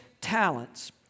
talents